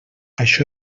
això